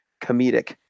comedic